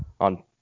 on